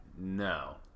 No